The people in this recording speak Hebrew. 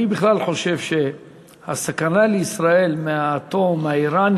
אני בכלל חושב שהסכנה לישראל מהאטום האיראני